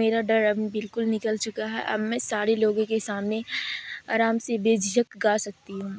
میرا ڈر اب بالکل نکل چکا ہے اب میں سارے لوگوں کے سامنے آرام سے بے جھجھک گا سکتی ہوں